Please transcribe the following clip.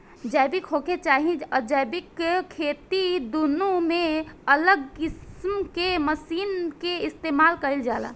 जैविक होखे चाहे अजैविक खेती दुनो में अलग किस्म के मशीन के इस्तमाल कईल जाला